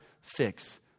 fix